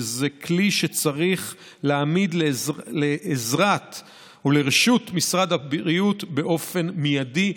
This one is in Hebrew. וזה כלי שצריך להעמיד לעזרת ולרשות משרד הבריאות באופן מיידי,